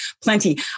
plenty